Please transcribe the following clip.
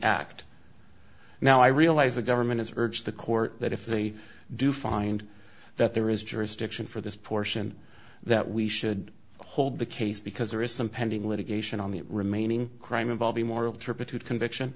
act now i realize the government has urged the court that if they do find that there is jurisdiction for this portion that we should hold the case because there is some pending litigation on the remaining crime involving moral turpitude conviction